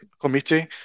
committee